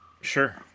Sure